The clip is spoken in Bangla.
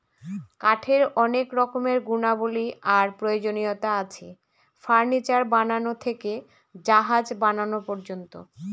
কাঠের অনেক রকমের গুণাবলী আর প্রয়োজনীয়তা আছে, ফার্নিচার বানানো থেকে জাহাজ বানানো পর্যন্ত